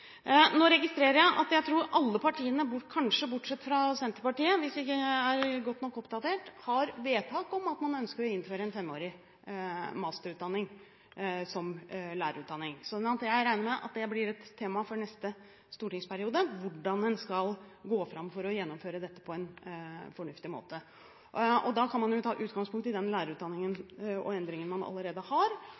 registrerer at alle partiene – kanskje bortsett fra Senterpartiet, hvis jeg er godt nok oppdatert – har vedtak om at man ønsker å innføre en femåring masterutdanning som lærerutdanning. Jeg regner med at det for neste stortingsperiode blir et tema hvordan man skal gå fram for å gjennomføre dette på en fornuftig måte. Da kan man ta utgangspunkt i den endrede lærerutdanningen man allerede har.